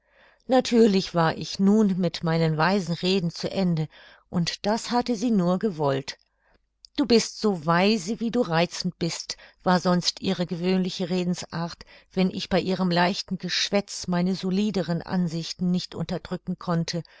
natürlich war ich nun mit meinen weisen reden zu ende und das hatte sie nur gewollt du bist so weise wie du reizend bist war sonst ihre gewöhnliche redensart wenn ich bei ihrem leichten geschwätz meine solideren ansichten nicht unterdrücken konnte